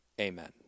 amen